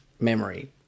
memory